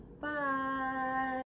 Bye